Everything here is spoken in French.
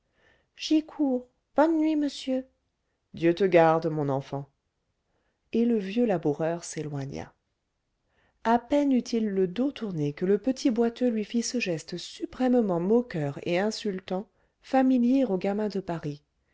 j'y cours bonne nuit monsieur dieu te garde mon enfant et le vieux laboureur s'éloigna à peine eut-il le dos tourné que le petit boiteux lui fit ce geste suprêmement moqueur et insultant familier aux gamins de paris